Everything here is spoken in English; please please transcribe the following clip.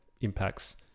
impacts